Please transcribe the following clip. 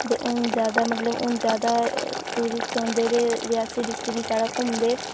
ते हून जादा मतलब हून जादा टुरिस्ट औंदे रेह् रियासी डिस्ट्रिक्ट साढ़े घुम्मदे